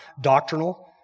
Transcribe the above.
doctrinal